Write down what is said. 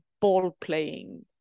ball-playing